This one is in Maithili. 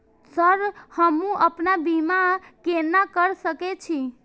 सर हमू अपना बीमा केना कर सके छी?